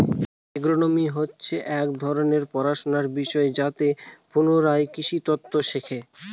agronomy হচ্ছে এক ধরনের পড়াশনার বিষয় যাতে পড়ুয়ারা কৃষিতত্ত্ব শেখে